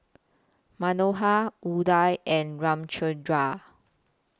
Manohar Udai and Ramchundra